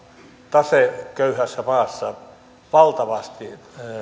taseköyhässä maassa valtavasti